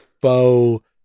faux